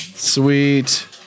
Sweet